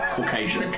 Caucasian